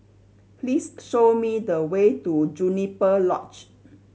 please show me the way to Juniper Lodge